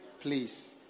Please